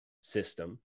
system